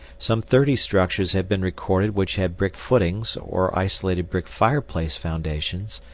some thirty structures have been recorded which had brick footings or isolated brick fireplace foundations,